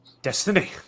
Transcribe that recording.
Destiny